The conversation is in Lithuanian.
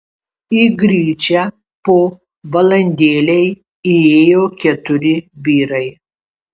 į gryčią po valandėlei įėjo keturi vyrai